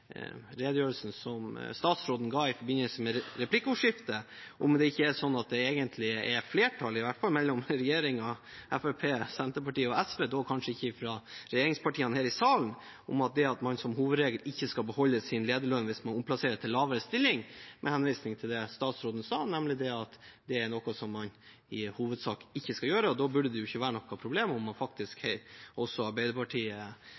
redegjørelsen som statsråden ga i replikkordskiftet, om det ikke er sånn at det egentlig er flertall, i hvert fall mellom regjeringen, Fremskrittspartiet Senterpartiet og SV – kanskje ikke med regjeringspartiene her i salen – for at man som hovedregel ikke skal beholde sin lederlønn hvis man omplasseres til en lavere stilling, med henvisning til det statsråden sa, nemlig at det er noe som man i hovedsak ikke skal gjøre. Da burde det ikke være noe problem om faktisk også Arbeiderpartiet,